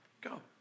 Go